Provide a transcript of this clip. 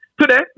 today